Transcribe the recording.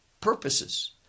purposes